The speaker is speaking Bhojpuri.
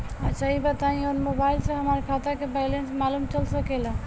अच्छा ई बताईं और मोबाइल से हमार खाता के बइलेंस मालूम चल सकेला?